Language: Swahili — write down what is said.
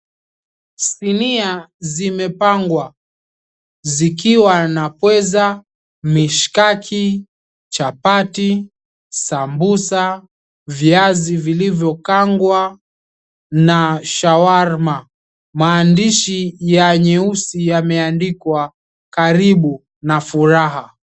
Sinia zimepangwa zikiwa na pweza, mishkaki, chapati, sambusa, viazi vilivyokangwa na shawarma, maandishi ya nyeusi yameandikwa, Karibu na Furaha.